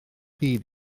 hyd